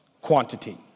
quantity